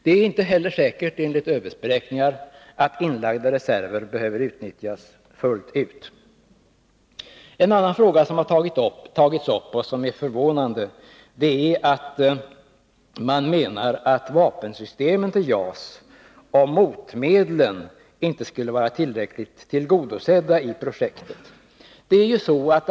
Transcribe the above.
Det är enligt ÖB:s beräkningar inte heller säkert att inlagda reserver behöver utnyttjas fullt ut. Man menar också — vilket är förvånande — att de krav man kan ställa på vapensystemen och motmedlen till JAS inte i full utsträckning skulle vara tillgodosedda i projektet.